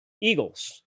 Eagles